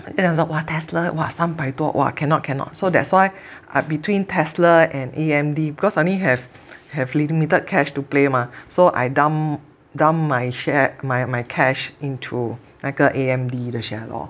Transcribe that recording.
他讲说 !wah! Tesla !wah! 三百多 !wah! cannot cannot so that's why I between Tesla and A_M_D because I only have have limited cash to play mah so I dump dump my share my my cash into 那个 A_M_D 的 share lor